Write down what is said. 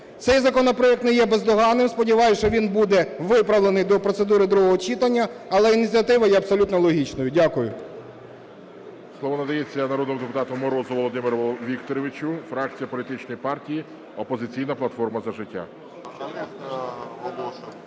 Цей законопроект не є бездоганний, сподіваюсь, що він буде виправлений до процедури другого читання, але ініціатива є абсолютно логічною. Дякую.